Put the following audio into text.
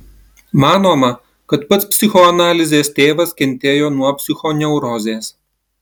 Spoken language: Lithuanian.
manoma kad pats psichoanalizės tėvas kentėjo nuo psichoneurozės